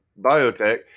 Biotech